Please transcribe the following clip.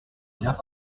bien